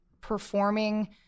performing